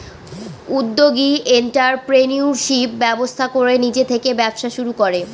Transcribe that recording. উদ্যোগী এন্ট্ররপ্রেনিউরশিপ ব্যবস্থা করে নিজে থেকে ব্যবসা শুরু করে